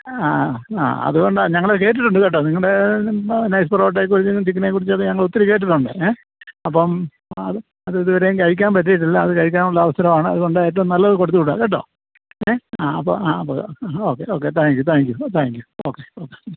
ആ അതുകൊണ്ടാ ഞങ്ങൾ കേട്ടിട്ടുണ്ട് കേട്ടോ നിങ്ങളുടെ നൈസ് പൊറോട്ടയെ കുറിച്ചും ചിക്കനെ കുറിച്ചൊക്കെ ഞങ്ങൾ ഒത്തിരി കേട്ടിട്ടുണ്ട് ഏ അപ്പം അതിതുവരെയും കഴിക്കാൻ പറ്റിയിട്ടില്ല അത് കഴിക്കാനുള്ള അവസരമാണ് അതുകൊണ്ട് ഏറ്റവും നല്ലത് കൊടുത്ത് വിടുക കേട്ടോ ഏ ആ അപ്പോൾ ആ അപ്പോൾ okay okay thank you thank you thank you okay okay